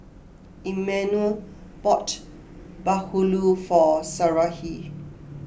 Emanuel bought Bahulu for Sarahi